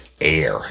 air